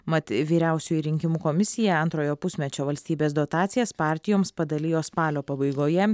mat vyriausioji rinkimų komisija antrojo pusmečio valstybės dotacijas partijoms padalijo spalio pabaigoje